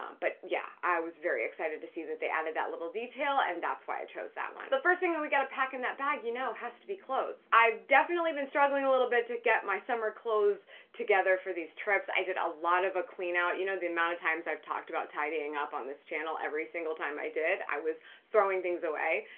um but yeah, i was very excited to see that they added that little detail, and that's why i chose that one. the first thing that we gotta pack in that bag you know has to be clothes. i've definitely been struggling a little bit to get my summer clothes together for these trips. i did a lot of a clean out. you know the amount of times i've talked about tidying up on this channel? every single time i did, i was throwing things away.